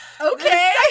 Okay